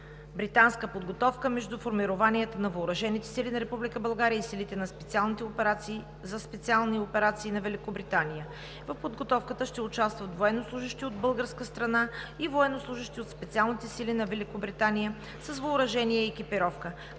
българо-британска подготовка между формированията на въоръжените сили на Република България и Силите за специални операции на Великобритания. В подготовката ще участват военнослужещи от българска страна и военнослужещи от Специалните сили на Великобритания с въоръжение и екипировка.